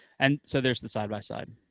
and so there's the side by side.